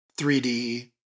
3D